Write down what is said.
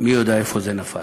מי יודע איפה זה נפל.